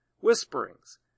whisperings